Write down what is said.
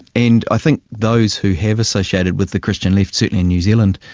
and i think those who have associated with the christian left, certainly in new zealand,